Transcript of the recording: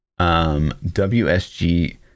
WSG